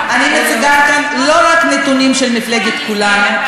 אני מציגה כאן לא רק נתונים של מפלגת כולנו,